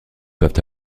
peuvent